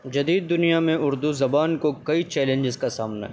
جدید دنیا میں اردو زبان کو کئی چیلنجز کا سامنا ہے